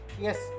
Yes